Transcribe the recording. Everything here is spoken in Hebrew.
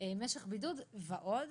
משך בידוד ועוד,